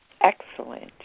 excellent